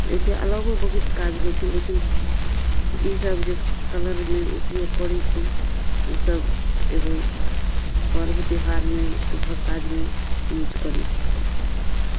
एहिके अलावो बहुत काज होइ छै लेकिन ई सब जे कलरमे उपयोग करै छी ओसब एगो पर्ब त्यौहारमे शुभ काजमे यूज करै छी हमसब